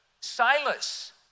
Silas